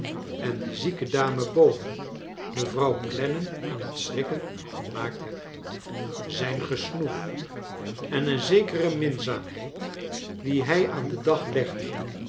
en die zieke dame boven mevrouw clennam aan het schrikken gemaakt heb zijn gesnoef en een zekere miiizaamheid die hij aan den dag legde